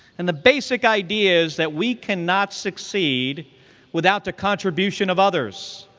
and the basic idea is that we cannot succeed without the contribution of others.